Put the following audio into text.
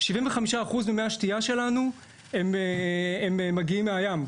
75 אחוזים ממי השתייה שלנו הם מגיעים מהים.